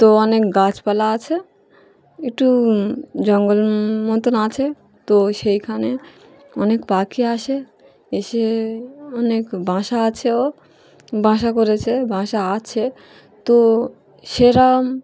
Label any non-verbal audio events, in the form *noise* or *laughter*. তো অনেক গাছপালা আছে একটু জঙ্গল মতন আছে তো সেইখানে অনেক পাখি আসে এসে অনেক বাসা আছে ও *unintelligible* বাসা করেছে বাসা আছে তো সেরম